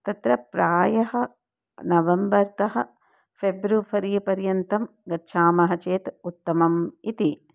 तत्र प्रायः नवम्बर्तः फ़ेब्रुफ़रीपर्यन्तं गच्छामः चेत् उत्तमम् इति